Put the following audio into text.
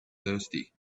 thirsty